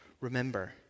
remember